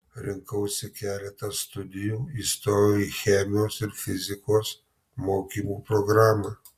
rinkausi keletą studijų įstojau į chemijos ir fizikos mokymo programą